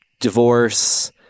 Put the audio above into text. divorce—